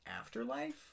afterlife